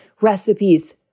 recipes